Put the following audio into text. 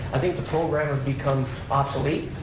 i think the program would become obsolete.